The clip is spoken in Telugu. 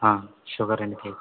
షుగర్ రెండు కేజీలు